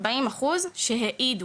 40% שהעידו.